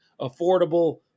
affordable